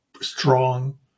strong